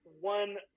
one